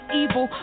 evil